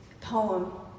poem